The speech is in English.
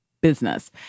business